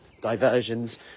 diversions